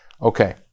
Okay